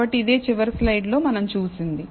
కాబట్టి ఇదే చివరి స్లయిడ్లో మనం చూసినది